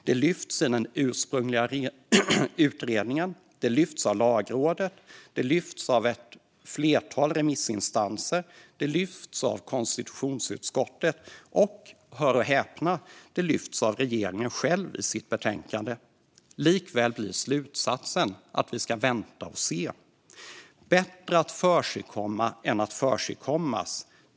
Det lyfts fram i den ursprungliga utredningen, det lyfts fram av Lagrådet, det lyfts fram av ett flertal remissinstanser, det lyfts fram av konstitutionsutskottet och - hör och häpna - det lyfts fram av regeringen själv i propositionen. Likväl blir slutsatsen att vi ska vänta och se. Bättre att förekomma än att förekommas.